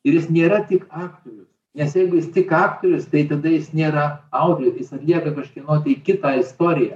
ir jis nėra tik aktorius nes jeigu jis tik aktorius tai tada jis nėra auklė jis atlieka kažkieno tai kitą istoriją